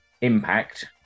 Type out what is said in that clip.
Impact